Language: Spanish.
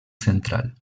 central